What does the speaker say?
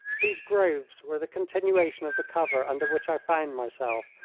these groves were the continuation of the cover under which i found myself,